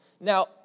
Now